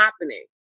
happening